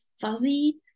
fuzzy